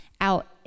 out